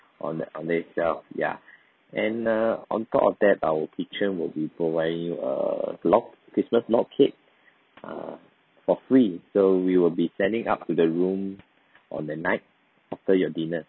on the on day itself ya and uh on top of that our kitchen will be providing you a log christmas log cake uh for free so we will be sending up to the room on the night after your dinner